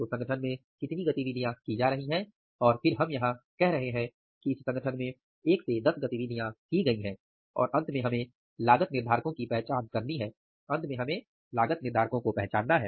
तो संगठन में कितनी गतिविधियाँ की जा रही हैं और फिर हम यहाँ कह रहे हैं कि इस संगठन में १ से १० गतिविधियाँ की गई हैं और अंत में हमें लागत निर्धारकों की पहचान करनी है अंत में हमें लागत निर्धारकों की पहचान करनी है